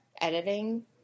editing